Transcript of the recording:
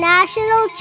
National